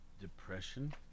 depression